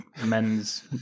men's